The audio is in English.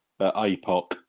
APOC